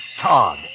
Todd